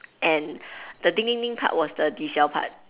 and the ding ding ding part was the ji siao part